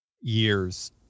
years